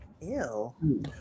Ew